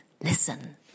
Listen